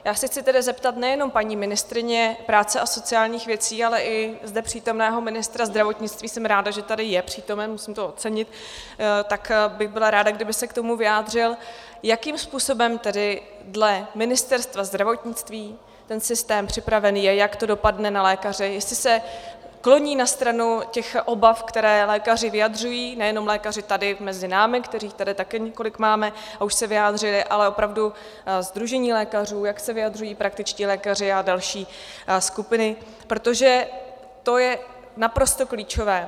Já se chci tedy zeptat nejenom paní ministryně práce a sociálních věcí, ale i zde přítomného ministra zdravotnictví jsem ráda, že tady je přítomen, musím to ocenit, tak bych byla ráda, kdyby se k tomu vyjádřil jakým způsobem tedy dle Ministerstva zdravotnictví ten systém připravený je, jak to dopadne na lékaře, jestli se kloní na stranu těch obav, které lékaři vyjadřují, nejenom lékaři tady mezi námi, kterých tady taky několik máme, a už se vyjádřili, ale opravdu sdružení lékařů, jak se vyjadřují praktičtí lékaři a další skupiny, protože to je naprosto klíčové.